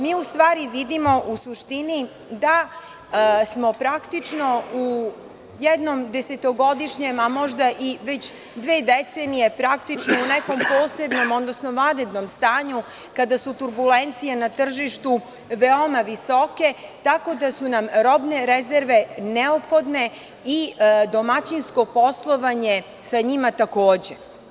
Mi u stvari vidimo u suštini da smo praktično u jednom desetogodišnjem, a možda i već dve decenije praktično u nekom posebno, odnosno vanrednom stanju kada su turbulencije na tržištu veoma visoke, tako da su nam robne rezerve neophodne i domaćinsko poslovanje sa njima takođe.